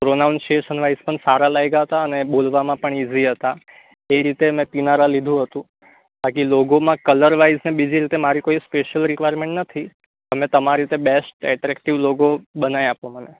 pronunciation wise પણ સારા લાગ્યા તા અને બોલવામાં પણ ઇઝી હતા એ રીતે મેં પીનારા લીધું હતું બાકી લોગોમાં કલરવાઇઝ ને બીજી રીતે મારી કોઈ સ્પેસિયલ રિકવારમેન્ટ નથી તમે તમારી રીતે બેસ્ટ એટ્રેક્ટિવ લોગો બનાવી આપો મને